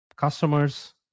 customers